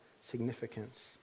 significance